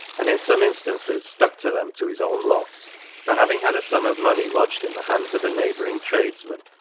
and in some instances stuck to them to his own loss for, having had a sum of money lodged in the hands of a neighbouring tradesman,